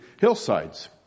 hillsides